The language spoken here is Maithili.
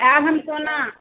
आयब हम कोना